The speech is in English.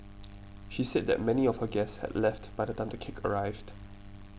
she said that many of her guests had left by the time the cake arrived